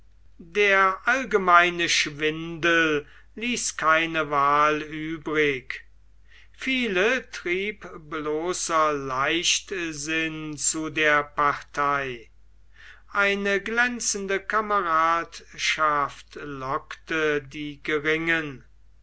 der allgemeine schwindel ließ keine wahl übrig viele trieb bloßer leichtsinn zu der partei eine glänzende kameradschaft lockte die geringen